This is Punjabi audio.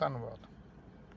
ਧੰਨਵਾਦ